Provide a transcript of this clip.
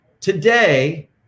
Today